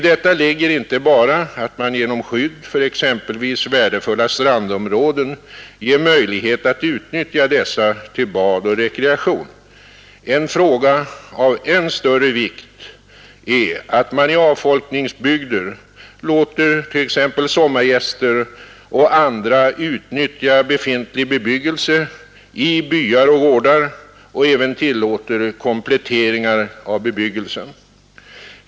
Detta innebär inte bara att man genom skydd för exempelvis värdefulla strandområden ger möjlighet att utnyttja dessa till bad och rekreation. En fråga av än större vikt är att man i avfolkningsbygder låter sommargäster och andra utnyttja befintlig bebyggelse i byar och på gårdar och även tillåter kompletteringar av bebyggelsen.